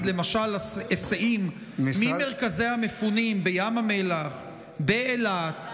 למשל היסעים ממרכזי המפונים בים המלח ובאילת,